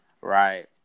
right